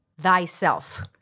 Thyself